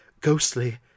ghostly